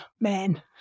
man